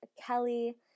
Kelly